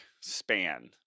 span